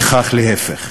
וכך להפך".